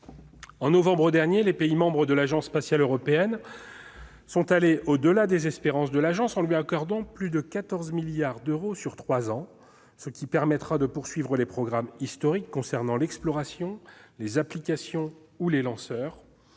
En novembre dernier, les pays membres de l'Agence spatiale européenne sont allés au-delà des espérances de cette agence, en lui accordant plus de 14 milliards d'euros sur trois ans, ce qui permettra de poursuivre les programmes historiques concernant l'exploration, les applications ou les lanceurs,